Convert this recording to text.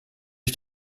ich